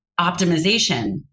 optimization